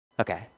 Okay